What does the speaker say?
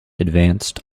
advanced